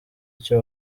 icyo